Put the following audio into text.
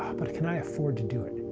but can i afford to do it?